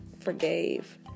forgave